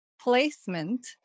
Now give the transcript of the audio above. placement